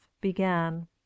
began